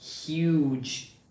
Huge